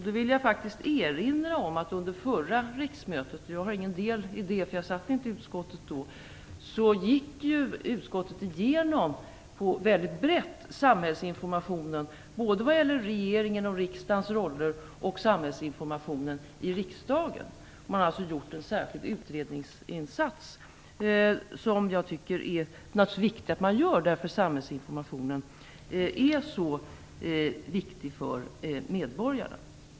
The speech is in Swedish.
Då vill jag erinra om att utskottet under förra riksmötet - jag har ingen del i det, eftersom jag inte satt i utskottet då - gick igenom samhällsinformationen väldigt brett, vad gäller såväl regeringens och riksdagens roller som samhällsinformationen i riksdagen. Man har alltså gjort en särskild utredningsinsats. Det är naturligtvis väsentligt att man gör en sådan, eftersom samhällsinformationen är så viktig för medborgarna.